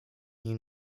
nim